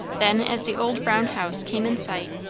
then as the old brown house came in sight,